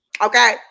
Okay